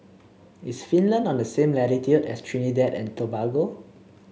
is Finland on the same latitude as Trinidad and Tobago